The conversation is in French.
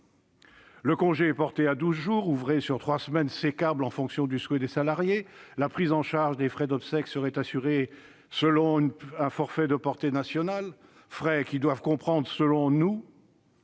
Le congé serait porté à douze jours ouvrés sur trois semaines, sécables en fonction du souhait des salariés. La prise en charge des frais d'obsèques serait assurée selon un forfait de portée nationale ; ce forfait doit comprendre, selon nous,